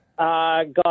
Guys